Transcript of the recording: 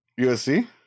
USC